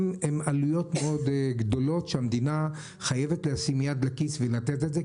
אלה עלויות מאוד גדולות והמדינה חייבת לשים יד בכיס ולתת את זה,